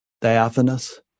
Diaphanous